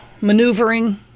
maneuvering